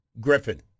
Griffin